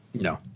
No